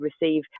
receive